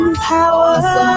power